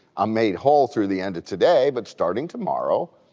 i'm made whole through the end of today, but starting tomorrow,